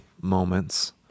moments